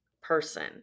person